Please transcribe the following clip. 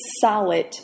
solid